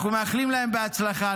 אנחנו מאחלים להם בהצלחה,